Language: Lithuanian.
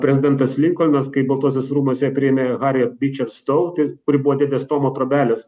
prezidentas linkolnas kai baltuosiuose rūmuose priėmė hariją byčer stau tai kuri buvo dėdės tomo trobelės